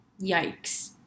Yikes